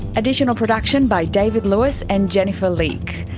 additional production by david lewis and jennifer leake.